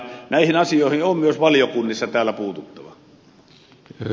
näihin asioihin on myös valiokunnissa täällä puututtava